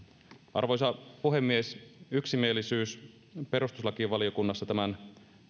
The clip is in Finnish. arvoisa puhemies yksimielisyys perustuslakivaliokunnassa tämän